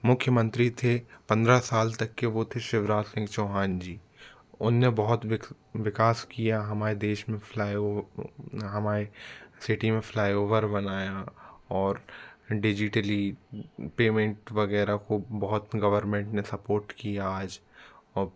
मुख्यमंत्री थे पन्द्रह साल तक के वो थे शिवराज सिंग चौहान जी उन्होंने बहुत विकास किया हमारे देश में फ्लाई हमारी सिटी में फ्लाईओवर बनाया और डिजिटली पेमेंट वग़ैरह को बहुत गर्वनमेंट ने सपोर्ट किया आज और